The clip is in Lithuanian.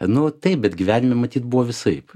nu taip bet gyvenime matyt buvo visaip